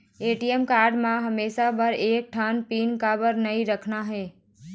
ATM card म हमेशा बर एक ठन पिन काबर नई रखना हे?